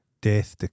Death